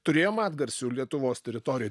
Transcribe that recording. turėjom atgarsių lietuvos teritorijoj